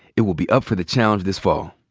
it will be up for the challenge this fall.